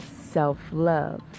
self-love